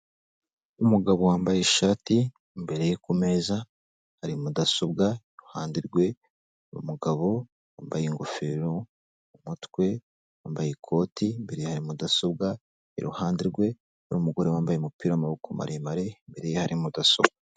Umugabo wambaye ishati imbere ku meza hari mudasobwa iruhande rwe hari umugabo wambaye ingofero mu mutwe; wambaye ikoti imbere ye hari mudasobwa, iruhande rwe hari umugore wambaye umupira w'maboko maremare imbere ye hari mudasobwa.